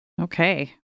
Okay